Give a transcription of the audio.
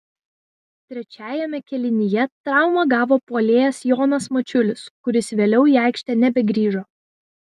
trečiajame kėlinyje traumą gavo puolėjas jonas mačiulis kuris vėliau į aikštę nebegrįžo